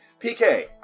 PK